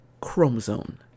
chromosome